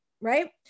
right